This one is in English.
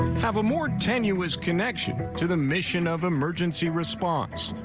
have a more tenuous connection to the mission of emergency response?